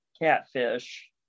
catfish